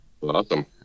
Awesome